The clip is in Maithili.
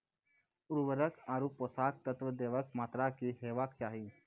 उर्वरक आर पोसक तत्व देवाक मात्राकी हेवाक चाही?